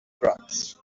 drugs